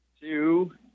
Two